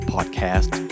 Podcast